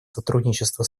сотрудничества